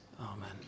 amen